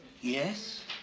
Yes